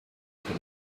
for